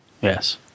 Yes